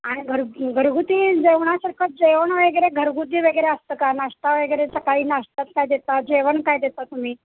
आणि घर घरगुती जेवणासारखं जेवण वगैरे घरगुती वगैरे असतं का नाश्ता वगैरे सकाळी नाष्ट्यात काय देता जेवण काय देता तुम्ही